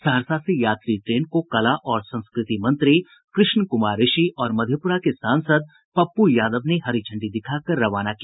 सहरसा से यात्री ट्रेन को कला और संस्कृति मंत्री कृष्ण कुमार ऋषि और मधेपुरा के सांसद पप्पू यादव ने हरी झंडी दिखाकर रवाना किया